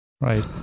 Right